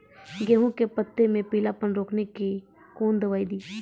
गेहूँ के पत्तों मे पीलापन रोकने के कौन दवाई दी?